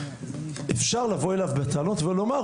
אפשר לבוא אליו בטענות ולומר,